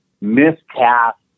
miscast